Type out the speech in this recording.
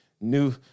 new